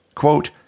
Quote